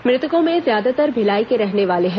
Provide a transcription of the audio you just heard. मृतकों में ज्यादातर भिलाई के रहने वाले हैं